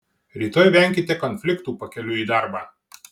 rytoj venkite konfliktų pakeliui į darbą